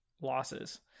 losses